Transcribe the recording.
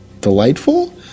delightful